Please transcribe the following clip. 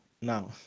now